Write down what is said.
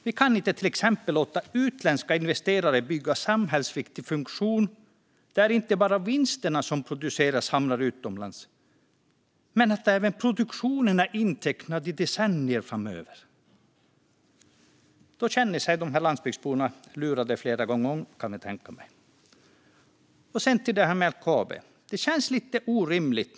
Vi kan inte till exempel låta utländska investerare bygga samhällsviktig funktion där inte bara vinsterna som produceras hamnar utomlands utan där även produktionen är intecknad i decennier framöver. Då känner sig nog landsbygdsborna lurade flera gånger om, kan jag tänka mig.